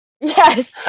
Yes